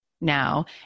now